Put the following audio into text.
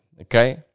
okay